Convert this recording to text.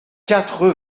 quatre